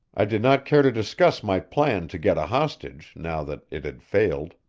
i did not care to discuss my plan to get a hostage now that it had failed.